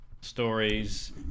Stories